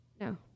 no